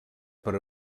per